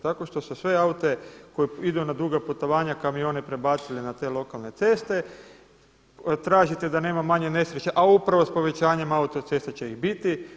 Tako što ste sve aute koji idu na duga putovanja, kamione prebacili na te lokalne ceste, tražite da nema manje nesreće a upravo sa povećanjem autocesta će ih biti.